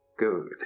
Good